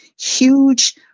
huge